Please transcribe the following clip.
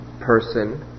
person